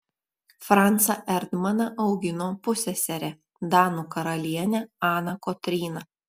francą erdmaną augino pusseserė danų karalienė ana kotryna